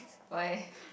why leh